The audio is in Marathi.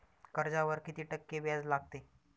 कर्जावर किती टक्के व्याज लागते?